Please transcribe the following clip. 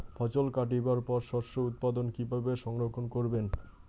ফছল কাটিবার পর শস্য উৎপাদন কিভাবে সংরক্ষণ করিবেন?